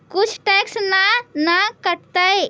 कुछ टैक्स ना न कटतइ?